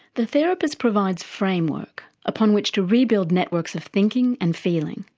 the therapist provides framework upon which to rebuild networks of thinking and feeling,